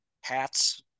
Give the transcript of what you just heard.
hats